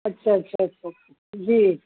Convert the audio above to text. اچھا اچھا اچھا اچھا جی